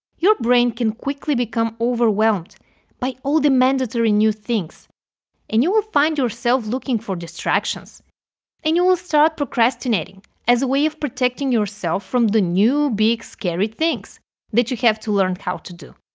your brain can quickly become overwhelmed by all the mandatory new things and you will find yourself looking for distractions and you will start procrastinating as a way of protecting yourself from the new big scary things that you have to learn how to do.